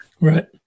Right